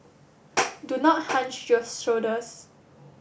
do not hunch your shoulders